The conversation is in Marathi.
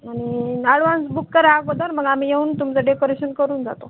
आणि ॲडवान्स बुक करा अगोदर मग आम्हीही येऊन तुमचं डेकोरेशन करून जातो